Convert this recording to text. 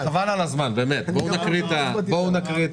נקרא את